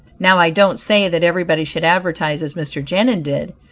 now i don't say that everybody should advertise as mr. genin did.